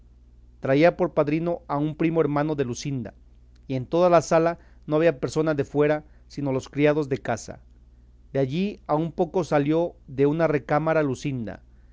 traía por padrino a un primo hermano de luscinda y en toda la sala no había persona de fuera sino los criados de casa de allí a un poco salió de una recámara luscinda